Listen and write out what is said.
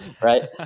Right